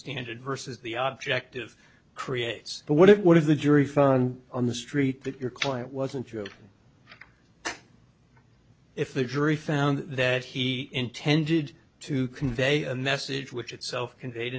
standard vs the object of creates but what if what if the jury found on the street that your client wasn't true if the jury found that he intended to convey a message which itself conveyed